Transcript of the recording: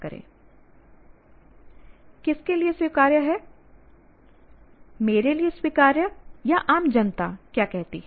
किसके लिए स्वीकार्य है मेरे लिए स्वीकार्य या आम जनता क्या कहती है